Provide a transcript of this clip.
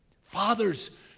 Fathers